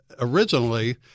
originally